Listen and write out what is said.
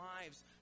lives